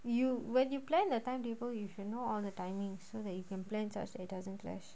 you when you plan the timetable you should know all the timing so that you can plan such that it doesn't clash